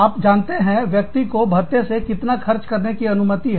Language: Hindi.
आप जानते हैं व्यक्ति को ख़र्चा भत्ते से कितना खर्च करने की अनुमति है